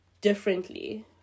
differently